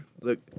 Look